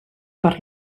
per